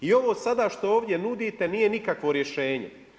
I ovo sada što ovdje nudite nije nikakvo rješenje.